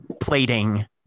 plating